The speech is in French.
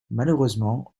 malheureusement